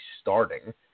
starting